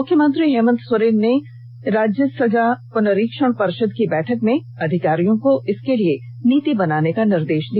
मुख्यमंत्री हेमन्त सोरेन ने राज्य सजा पुनरीक्षण पर्षद की बैठक में अधिकारियों को इसके लिए नीति बनाने का निर्देश दिया